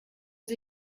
sie